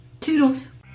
toodles